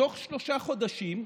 בתוך שלושה חודשים ישראל,